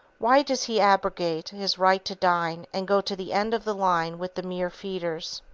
why does he abrogate his right to dine and go to the end of the line with the mere feeders?